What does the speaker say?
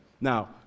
Now